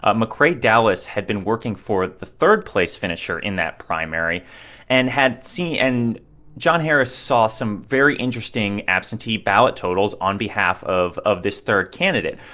ah mccrae dowless had been working for the third-place finisher in that primary and had and john harris saw some very interesting absentee ballot totals on behalf of of this third candidate.